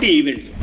events